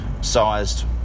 sized